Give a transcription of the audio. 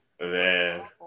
Man